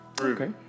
Okay